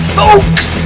folks